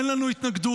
אין לנו התנגדות.